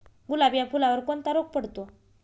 गुलाब या फुलावर कोणता रोग पडतो?